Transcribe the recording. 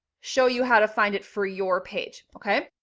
show you how to find it for your page. okay?